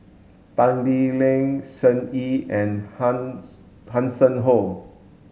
Tan Lee Leng Shen Xi and Hanson Ho